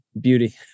beauty